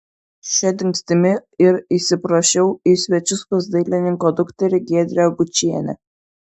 šia dingstimi ir įsiprašiau į svečius pas dailininko dukterį giedrę gučienę